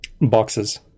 boxes